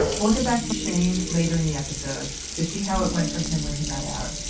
we'll get back to chayne later in the episode to see how it went for him when he got out.